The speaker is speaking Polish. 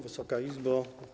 Wysoka Izbo!